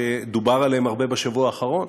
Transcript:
שדובר עליהם הרבה בשבוע האחרון,